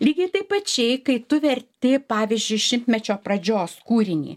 lygiai taip pačiai kai tu verti pavyzdžiui šimtmečio pradžios kūrinį